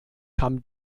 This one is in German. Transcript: kam